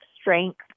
strength